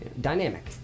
Dynamic